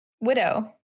Widow